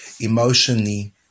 emotionally